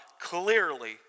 clearly